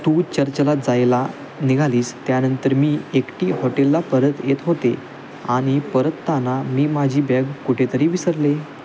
तू चर्चला जायला निघालीस त्यानंतर मी एकटी हॉटेलला परत येत होते आणि परतताना मी माझी बॅग कुठेतरी विसरले